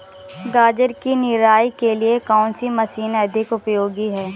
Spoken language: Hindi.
गाजर की निराई के लिए कौन सी मशीन अधिक उपयोगी है?